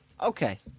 Okay